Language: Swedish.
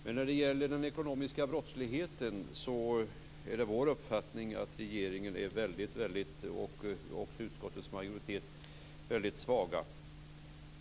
Men när det gäller den ekonomiska brottsligheten är vår uppfattning att regeringen och utskottets majoritet är väldigt svaga.